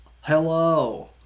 Hello